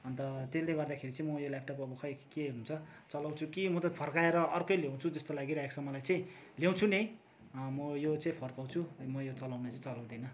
अन्त त्यसले गर्दाखेरि चाहिँ म यो ल्यापटप अब खै के हुन्छ चलाउँछु कि म त फर्काएर अर्कै ल्याउँछु जस्तो लागिरहेको छ मलाई चाहिँ ल्याउँछु नै म यो चाहिँ फर्काउँछु म यो चलाउनु चाहिँ चलाउँदिन